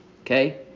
Okay